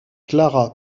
clara